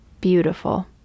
Beautiful